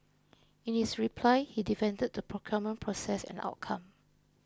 in his reply he defended the procurement process and outcome